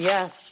Yes